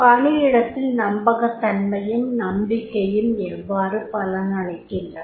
பணியிடத்தில நம்பகத்தன்மையும் நம்பிக்கையும் எவ்வாறு பலனளிக்கின்றன